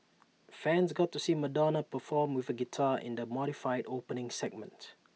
fans got to see Madonna perform with A guitar in the modified opening segment